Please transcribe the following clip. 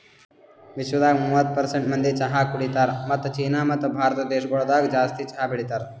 ವಿಶ್ವದಾಗ್ ಮೂವತ್ತು ಪರ್ಸೆಂಟ್ ಮಂದಿ ಚಹಾ ಕುಡಿತಾರ್ ಮತ್ತ ಚೀನಾ ಮತ್ತ ಭಾರತ ದೇಶಗೊಳ್ದಾಗ್ ಜಾಸ್ತಿ ಚಹಾ ಬೆಳಿತಾರ್